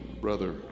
Brother